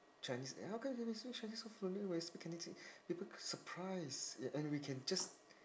chinese eh how come you can speak chinese so fluently when you speak people surprised and we can just